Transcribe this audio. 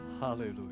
Hallelujah